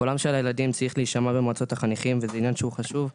קולם של הילדים צריך להישמע במועצות החניכים וזה עניין שהוא חשוב.